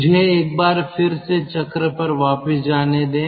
मुझे एक बार फिर से चक्र पर वापस जाने दें